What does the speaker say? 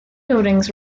buildings